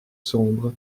sombre